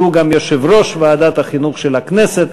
שהוא גם יושב-ראש ועדת החינוך של הכנסת.